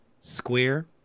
Square